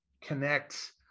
connect